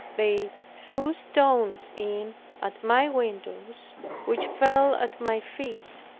they threw stones in at my windows which fell at my feet.